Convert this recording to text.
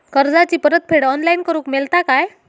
कर्जाची परत फेड ऑनलाइन करूक मेलता काय?